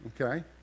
okay